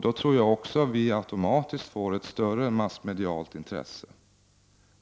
Då tror jag att vi automatiskt får ett större massmedialt intresse.